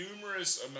numerous